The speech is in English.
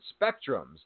spectrums